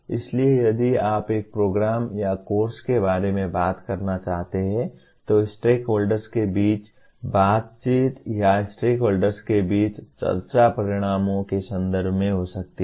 इसलिए यदि आप एक प्रोग्राम या कोर्स के बारे में बात करना चाहते हैं तो स्टेकहोल्डर्स के बीच बातचीत या स्टेकहोल्डर्स के बीच चर्चा परिणामों के संदर्भ में हो सकती है